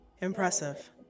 Impressive